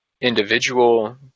individual